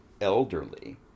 elderly